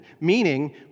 meaning